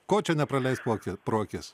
ko čia nepraleist po pro akis